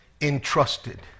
entrusted